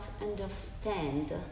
understand